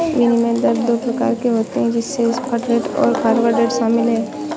विनिमय दर दो प्रकार के होते है जिसमे स्पॉट रेट और फॉरवर्ड रेट शामिल है